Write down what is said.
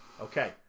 Okay